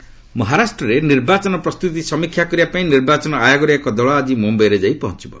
EC poll ମହାରାଷ୍ଟ୍ରରେ ନିର୍ବାଚନ ପ୍ରସ୍ତୁତି ସମୀକ୍ଷା କରିବା ପାଇଁ ନିର୍ବାଚନ ଆୟୋଗର ଏକ ଦଳ ଆଜି ମୁମ୍ଭାଇରେ ପହଞ୍ଚିବ